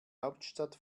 hauptstadt